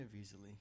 easily